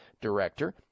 director